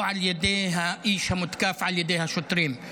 או על ידי האיש המותקף על ידי השוטרים.